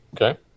Okay